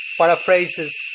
paraphrases